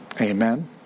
Amen